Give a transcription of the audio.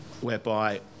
whereby